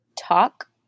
talk